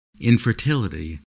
Infertility